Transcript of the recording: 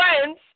friends